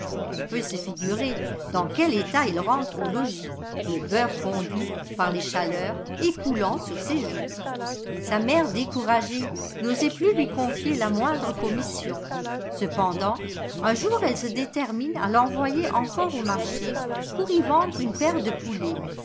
on peut se figurer dans quel état il rentre au logis le beurre fondu par les chaleurs et coulant sur ses joues sa mère découragée n'osait plus lui confier la rîoindre commission cependant un jour elle se détermine à l'envoyer encore au marché pour y vendre une paire de poulets